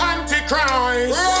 Antichrist